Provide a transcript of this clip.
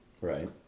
right